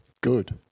Good